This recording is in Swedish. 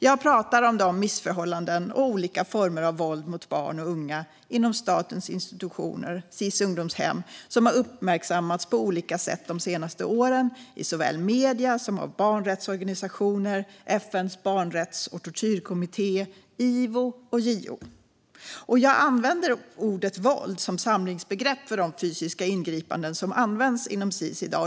Jag pratar om de missförhållanden och olika former av våld mot barn och unga inom statens institutioner, Sis ungdomshem, som har uppmärksammats på olika sätt under de senaste åren såväl i medierna som av barnrättsorganisationer, FN:s barnrättskommitté, FN:s tortyrkommitté, Ivo och JO. Jag använder ordet våld som samlingsbegrepp för de fysiska ingripanden som används inom Sis i dag.